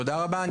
תודה רבה.